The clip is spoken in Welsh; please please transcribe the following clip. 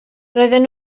roedden